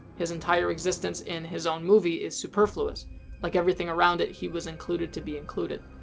his entire existence in his own movie is superfluous like everything around it, he was included to be included.